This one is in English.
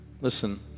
Listen